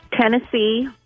Tennessee